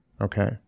Okay